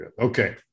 Okay